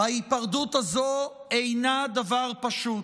ההיפרדות הזו אינה דבר פשוט,